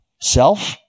Self